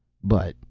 but.